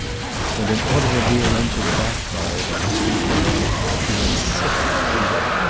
when an automobile engine back-fired in the street below he went sick with fear.